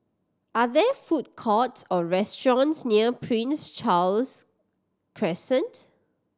are there food courts or restaurants near Prince Charles Crescent